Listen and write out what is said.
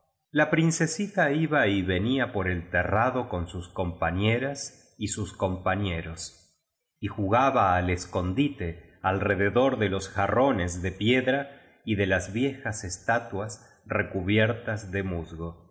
la princesita iba y venía por el terrado con sus compañe ras y sus compañeros y jugaba al escondite alrededor de los jarrones de piedra y de las viejas estatuas recubiertas de musgo